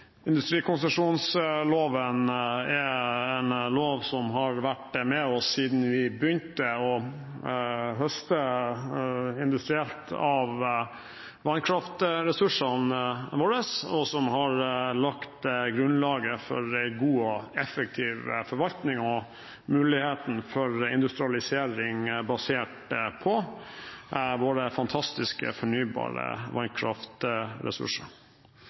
Industrikonsesjonsloven er en lov som har vært med oss siden vi begynte å høste industrielt av vannkraftressursene våre, og som har lagt grunnlaget for en god og effektiv forvaltning og mulighet for industrialisering basert på våre fantastiske fornybare vannkraftressurser.